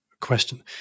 question